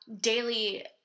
daily